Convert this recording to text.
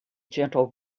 gentle